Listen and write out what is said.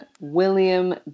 William